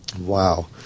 Wow